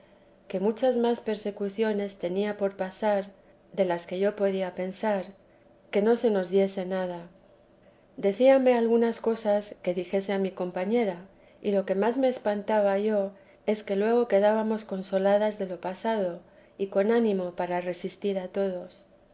que muchas n persecuciones tenía por pasar de las que yo podía sar que no se nos diese nada decíame algunas cosas que dijese a mi compañera y lo que más me espantaba yo es que luego quedábamos consoladas de lo pasado y con ánimo para resistir a todos